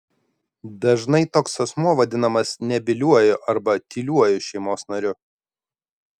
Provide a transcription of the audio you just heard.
dažnai toks asmuo vadinamas nebyliuoju arba tyliuoju šeimos nariu